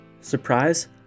surprise